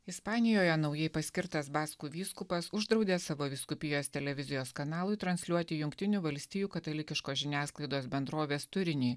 ispanijoje naujai paskirtas baskų vyskupas uždraudė savo vyskupijos televizijos kanalui transliuoti jungtinių valstijų katalikiškos žiniasklaidos bendrovės turinį